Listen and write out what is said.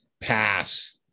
pass